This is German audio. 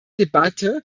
debatte